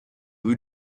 who